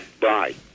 Bye